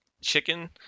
chicken